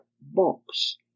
box